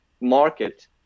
market